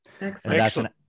Excellent